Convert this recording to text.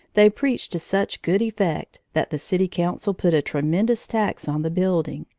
they preached to such good effect that the city council put a tremendous tax on the building,